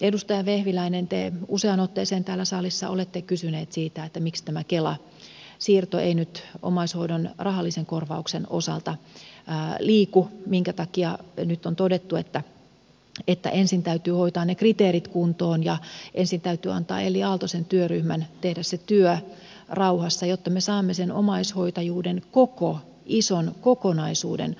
edustaja vehviläinen te useaan otteeseen täällä salissa olette kysynyt siitä miksi tämä kela siirto ei nyt omaishoidon rahallisen korvauksen osalta liiku minkä takia nyt on todettu että ensin täytyy hoitaa ne kriteerit kuntoon ja ensin täytyy antaa elli aaltosen työryhmän tehdä se työ rauhassa jotta me saamme sen omaishoitajuuden koko ison kokonaisuuden hallintaamme